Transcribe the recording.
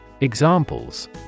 Examples